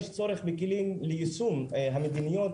ישנו צורך בכלים ליישום המדיניות